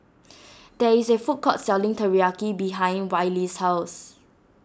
there is a food court selling Teriyaki behind Wiley's house